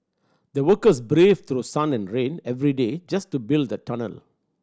the workers braved through sun and rain every day just to build the tunnel